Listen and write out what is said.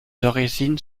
origines